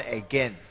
again